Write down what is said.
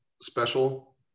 special